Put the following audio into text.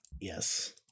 Yes